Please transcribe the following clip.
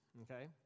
okay